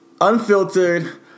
Unfiltered